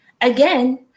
Again